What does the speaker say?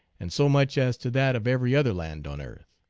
and so much as to that of every other land on earth.